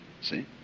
see